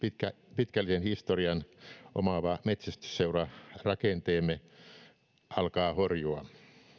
pitkällisen historian omaava metsästysseurarakenteemme alkaa horjua